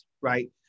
right